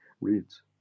reads